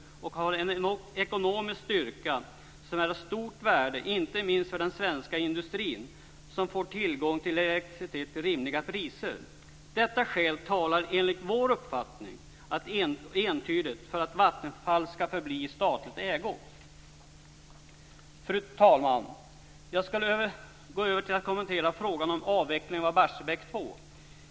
Vattenfall har en ekonomisk styrka som är av stort värde, inte minst för den svenska industrin som får tillgång till elektricitet till rimliga priser. Dessa skäl talar enligt vår uppfattning entydigt för att Vattenfall ska förbli i statlig ägo. Fru talman! Jag ska gå över till att kommentera frågan om avveckling av Barsebäck 2.